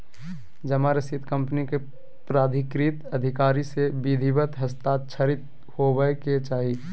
जमा रसीद कंपनी के प्राधिकृत अधिकारी से विधिवत हस्ताक्षरित होबय के चाही